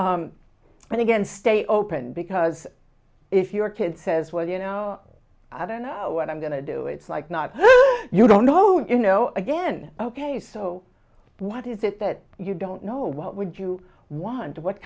then again stay open because if your kid says well you know i don't know what i'm going to do it's like not you don't know you know again ok so what is it that you don't know what would you want what